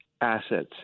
assets